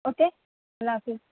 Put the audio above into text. okay اللہ حافظ